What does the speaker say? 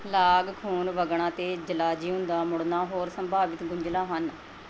ਲਾਗ ਖੂਨ ਵਗਣਾ ਅਤੇ ਜਲਾਜ਼ਿਓਨ ਦਾ ਮੁੜਨਾ ਹੋਰ ਸੰਭਾਵਿਤ ਗੁੰਝਲਾਂ ਹਨ